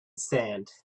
sand